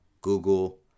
Google